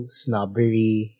snobbery